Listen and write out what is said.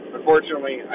Unfortunately